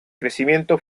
crecimiento